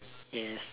yes